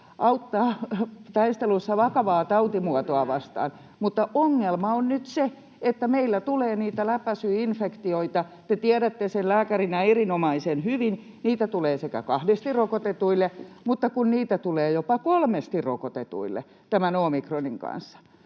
auttaa taistelussa vakavaa tautimuotoa vastaan. Mutta ongelma on nyt se, että meillä tulee niitä läpäisyinfektioita. Te tiedätte sen lääkärinä erinomaisen hyvin — niitä tulee kahdesti rokotetuille, mutta kun niitä tulee jopa kolmesti rokotetuille tämän omikronin kanssa,